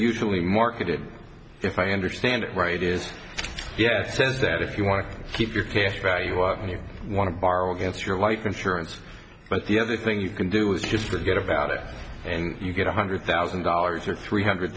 usually marketed if i understand it right is yes says that if you want to keep your cash value of you want to borrow against your life insurance but the other thing you can do is just forget about it and you get one hundred thousand dollars or three hundred